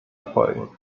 folgen